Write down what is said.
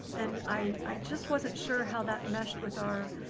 and i just wasn't sure how that meshed with our